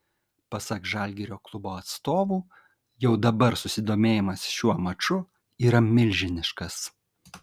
pasak žalgirio klubo atstovų jau dabar susidomėjimas šiuo maču yra milžiniškas